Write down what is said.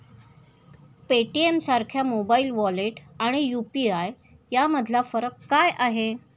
पेटीएमसारख्या mobile wallet आणि UPI यामधला फरक काय आहे?